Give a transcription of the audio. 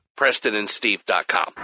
PrestonandSteve.com